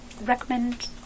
recommend